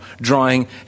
drawing